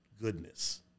goodness